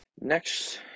Next